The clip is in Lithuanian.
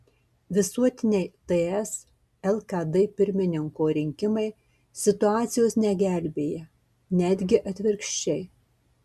visuotiniai ts lkd pirmininko rinkimai situacijos negelbėja netgi atvirkščiai